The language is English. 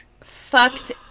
fucked